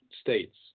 states